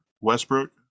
Westbrook